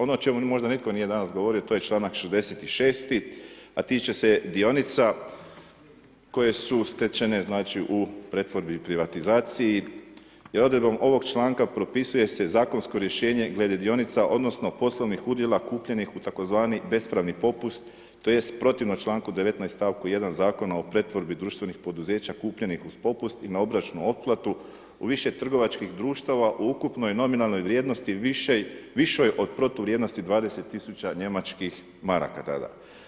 Ono o čemu možda nitko danas nije govorio to je članak 66. a tiče se dionica koje su stečene u pretvorbi i privatizaciji gdje odredbom ovog člankom propisuje se zakonsko rješenje glede dionica odnosno poslovnih udjela kupljenih u tzv. bespravni popust to jest protivno članku 19. stavku 1. Zakona o pretvorbenih poduzeća kupljenih uz popust i na obročnu otplatu u više trgovačkih društava u ukupnoj nominalnoj vrijednost višoj od protuvrijednosti 20 000 njemačkih maraka tada.